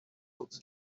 books